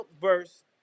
verse